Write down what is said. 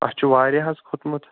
اَتھ چھُ وارِیاہ حظ کھوٚتمُت